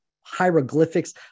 hieroglyphics